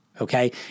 okay